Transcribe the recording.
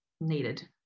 needed